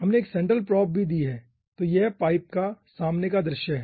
हमने एक central probe भी दी है तो यह पाइप का सामने का दृश्य है